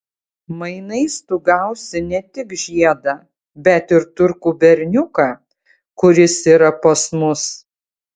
mainais tu gausi ne tik žiedą bet ir turkų berniuką kuris yra pas mus